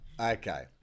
Okay